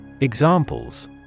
Examples